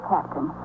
Captain